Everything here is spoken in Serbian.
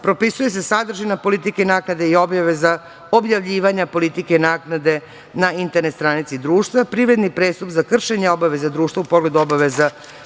propisuje se sadržina politike naknade i objave za objavljivanje politike naknade na internet stranici društva, privredni prestup za kršenje obaveza društva u pogledu obaveza